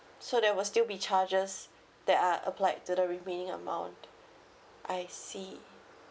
so there will still be charges that are applied to the remaining amount I see